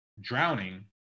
drowning